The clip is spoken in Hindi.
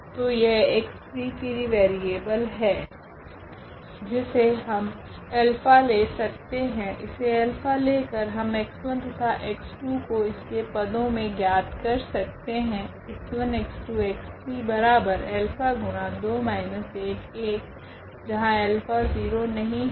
तो यह x3 फ्री वेरिएबल है जिसे हम ले सकते है इसे लेकर हम x1 तथा x2 को इसके पदो मे ज्ञात कर सकते है